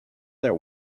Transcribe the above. their